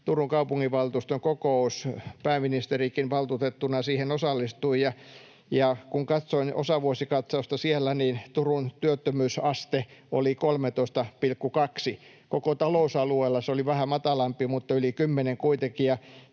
Turun kaupunginvaltuuston kokous, pääministerikin valtuutettuna siihen osallistui. Kun katsoin osavuosikatsausta siellä, niin Turun työttömyysaste oli 13,2. Koko talousalueella se oli vähän matalampi, mutta yli 10 kuitenkin.